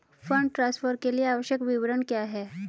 Fund transfer के लिए आवश्यक विवरण क्या हैं?